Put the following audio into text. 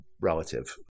relative